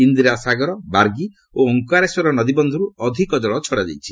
ଇନ୍ଦିରା ସାଗର ବାର୍ଗୀ ଓ ଓଁକାରେଶ୍ୱର ନଦୀବନ୍ଧରୁ ଅଧିକ ଜଳ ଛଡ଼ାଯାଉଛି